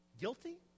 Guilty